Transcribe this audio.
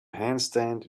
handstand